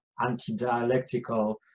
anti-dialectical